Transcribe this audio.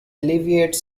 alleviate